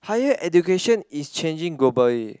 higher education is changing globally